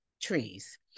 trees